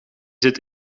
zit